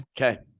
Okay